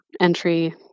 entry